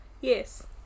Yes